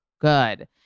good